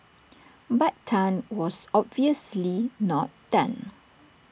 but Tan was obviously not done